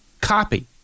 copy